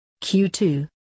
Q2